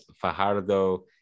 Fajardo